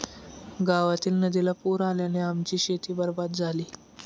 गावातील नदीला पूर आल्याने आमची शेती बरबाद झाली